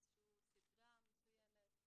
איזושהי סדרה מסוימת,